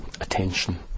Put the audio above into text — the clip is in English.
attention